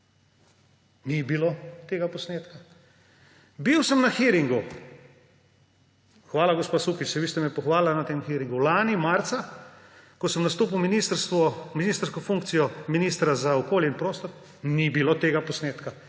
ni bilo tega posnetka. Bil sem na hearingu – hvala gospa Sukič, še vi ste me pohvalili na tem hearingu – lani marca, ko sem nastopil ministrsko funkcijo ministra za okolje in prostor – ni bilo tega posnetka!